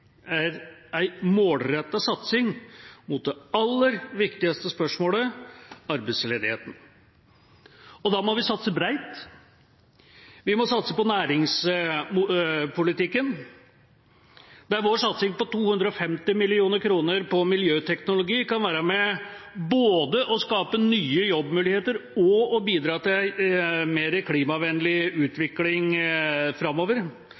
satsing mot det aller viktigste spørsmålet: arbeidsledigheten. Da må vi satse bredt, vi må satse på næringspolitikken, der vår satsing på 250 mill. kr på miljøteknologi kan være med på både å skape nye jobbmuligheter og å bidra til en mer klimavennlig utvikling framover,